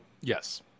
Yes